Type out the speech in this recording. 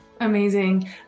Amazing